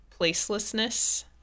placelessness